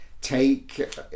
take